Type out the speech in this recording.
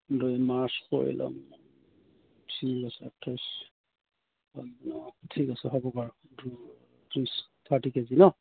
দুই মাৰ্চ কৰি ল'ম ঠিক আছে ঠিক আছে হ'ব বাৰু দুই ত্ৰিছ থাৰ্টি কেজি ন